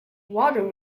water